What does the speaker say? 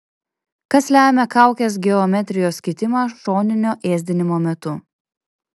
kas lemia kaukės geometrijos kitimą šoninio ėsdinimo metu